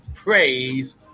Praise